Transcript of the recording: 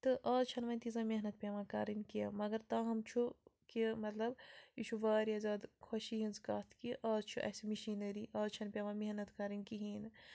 تہٕ آز چھِنہٕ وَنۍ تِیٖژاہ محنت پٮ۪وان کَرٕنۍ کیٚنہہ مگر تاہَم چھُ کہِ مطلب یہِ چھُ واریاہ زیادٕ خۄشی ہٕنٛز کَتھ کہِ آز چھِ اَسہِ مٕشیٖنٕری آز چھِنہٕ پٮ۪وان محنت کَرٕنۍ کِہیٖنۍ نہٕ